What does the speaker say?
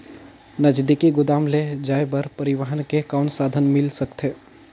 नजदीकी गोदाम ले जाय बर परिवहन के कौन साधन मिल सकथे?